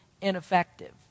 ineffective